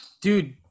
Dude